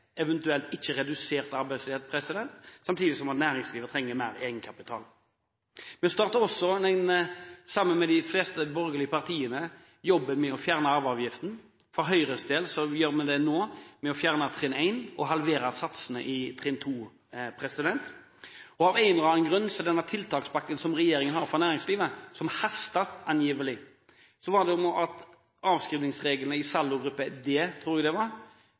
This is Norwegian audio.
eventuelt ikke redusert arbeidsledighet – samtidig som næringslivet trenger mer egenkapital. Sammen med de fleste borgerlige partiene starter vi også jobben med å fjerne arveavgiften. For Høyres del gjør vi det nå ved å fjerne trinn 1 og halvere satsene i trinn 2. Av en eller annen grunn: I den tiltakspakken som regjeringen har for næringslivet, som angivelig haster, var det noe om at avskrivningsreglene i saldogruppe d – tror jeg det var